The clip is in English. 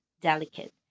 delicate